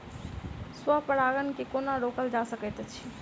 स्व परागण केँ कोना रोकल जा सकैत अछि?